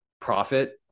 profit